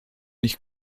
nicht